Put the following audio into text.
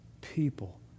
people